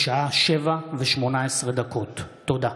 בשעה 07:18. תודה.